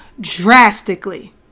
drastically